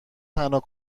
تنها